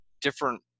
different